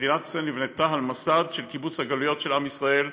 שמדינת ישראל נבנתה על מסד של קיבוץ הגלויות של עם ישראל.